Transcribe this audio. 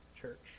church